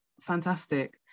fantastic